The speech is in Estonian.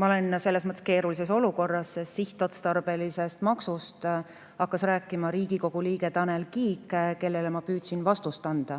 Ma olen selles mõttes keerulises olukorras, et sihtotstarbelisest maksust hakkas rääkima Riigikogu liige Tanel Kiik, kellele ma püüdsin vastust anda.